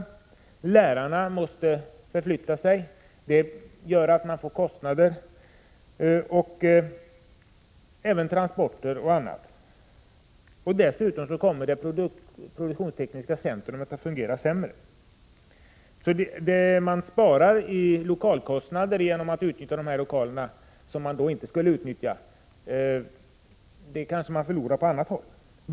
Också lärarna måste förflytta sig vilket medför kostnader, och det blir även andra transporter m.m. Dessutom kommer detta produktionstekniska centrum att fungera sämre. Vad man sparar i lokalkostnader genom att utnyttja de lokaler som man annars inte skulle utnyttja kanske man förlorar på annat håll.